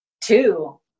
two